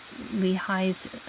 Lehi's